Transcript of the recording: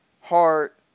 heart